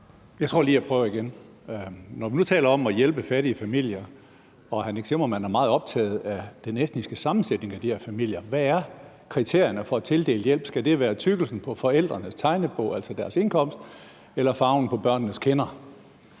Jeg tror lige, jeg prøver igen: Når vi nu taler om at hjælpe fattige familier og hr. Nick Zimmermann er meget optaget af den etniske sammensætning blandt de her familier, hvad er så kriterierne for at tildele hjælp? Skal det være tykkelsen på forældrenes tegnebog, altså deres indkomst, eller farven på børnenes kinder?